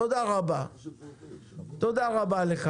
תודה רבה.